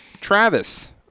Travis